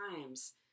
times